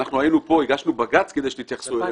אנחנו היינו כאן והגשנו בג"ץ כדי שתתייחסו אלינו,